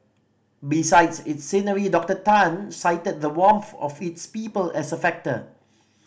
besides its scenery Doctor Tan cited the warmth of its people as a factor